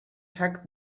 packed